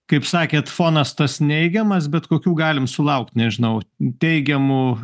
kaip sakėt fonas tas neigiamas bet kokių galim sulaukt nežinau teigiamų